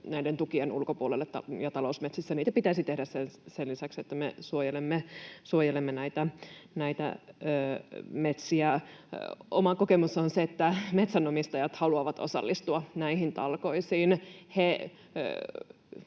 näiden tukien ulkopuolelle ja talousmetsissä niitä pitäisi tehdä sen lisäksi, että me suojelemme näitä metsiä. Oma kokemukseni on se, että metsänomistajat haluavat osallistua näihin talkoisiin.